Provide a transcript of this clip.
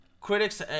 critics